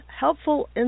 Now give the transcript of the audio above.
helpful